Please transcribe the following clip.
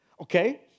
Okay